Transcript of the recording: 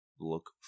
look